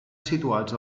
situats